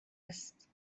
است